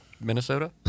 Minnesota